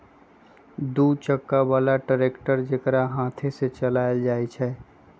दू चक्का बला ट्रैक्टर जेकरा हाथे से चलायल जाइ छइ